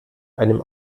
einem